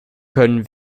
können